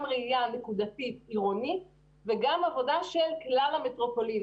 גם ראייה נקודתית עירונית וגם עבודה של כלל המטרופולין.